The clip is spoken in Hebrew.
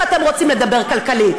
אם אתם רוצים לדבר כלכלית,